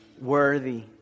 worthy